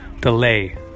delay